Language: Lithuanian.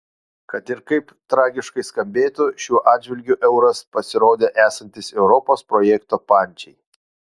kad ir kaip tragiškai skambėtų šiuo atžvilgiu euras pasirodė esantis europos projekto pančiai